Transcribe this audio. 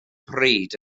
pryd